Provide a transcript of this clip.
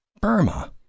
Burma